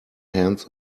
hands